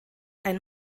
ein